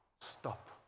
Stop